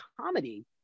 comedy